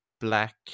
black